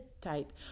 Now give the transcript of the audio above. type